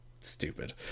Stupid